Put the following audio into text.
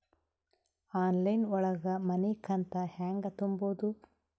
Online ಒಳಗ ಮನಿಕಂತ ಹ್ಯಾಂಗ ತುಂಬುದು?